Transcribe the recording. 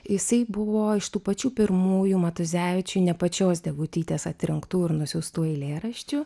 jisai buvo iš tų pačių pirmųjų matuzevičiui ne pačios degutytės atrinktų ir nusiųstų eilėraščių